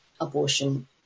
abortion